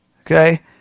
Okay